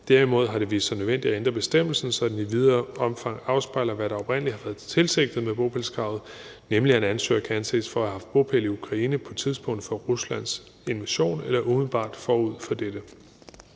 Derimod har det vist sig nødvendigt at ændre bestemmelsen, så den i videre omfang afspejler, hvad der oprindelig har været tilsigtet med bopælskravet, nemlig at ansøgere kan anses for at have haft bopæl i Ukraine på tidspunktet for Ruslands invasion eller umiddelbart forud for dette.